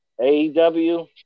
AEW